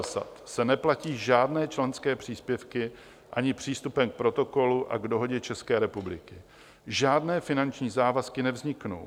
V EUTELSAT se neplatí žádné členské příspěvky, ani přístupem k protokolu a k dohodě České republiky žádné finanční závazky nevzniknou.